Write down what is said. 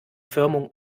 firmung